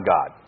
God